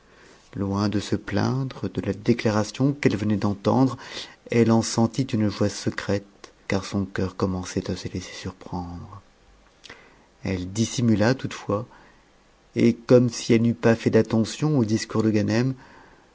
loin de se plaindre de la déclaration qu'elle venait d'entendre elle en sentit une joie secrète car son coeur commençait se laisser surprendre elle dissimula toutefois et comme si elle n'eût pas fait d'attention au discours de ganem